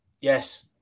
Yes